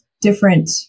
different